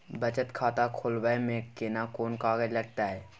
बचत खाता खोलबै में केना कोन कागज लागतै?